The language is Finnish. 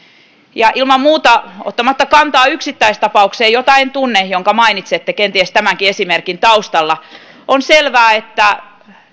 ja ilman muuta ottamatta kantaa yksittäistapaukseen jota en tunne ja jonka mainitsette kenties tämänkin esimerkin taustalla on selvää että